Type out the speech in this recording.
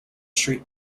street